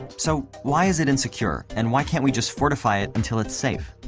so why is it insecure, and why can't we just fortify it until it's safe?